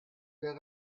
del